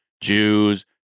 Jews